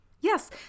Yes